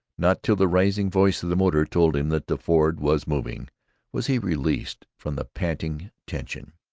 not till the rising voice of the motor told him that the ford was moving was he released from the panting tension.